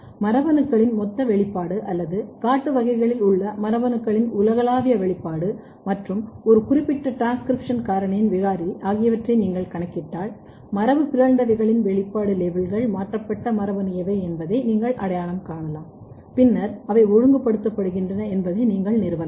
மரபணுக்களின் மொத்த வெளிப்பாடு அல்லது காட்டு வகைகளில் உள்ள மரபணுக்களின் உலகளாவிய வெளிப்பாடு மற்றும் ஒரு குறிப்பிட்ட டிரான்ஸ்கிரிப்ஷன் காரணியின் விகாரி ஆகியவற்றை நீங்கள் கணக்கிட்டால் மரபுபிறழ்ந்தவைகளின் வெளிப்பாடு லேபிள்கள் மாற்றப்பட்ட மரபணுக்கள் எவை என்பதை நீங்கள் அடையாளம் காணலாம் பின்னர் அவை ஒழுங்குபடுத்தப்படுகின்றன என்பதை நீங்கள் நிறுவலாம்